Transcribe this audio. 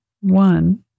One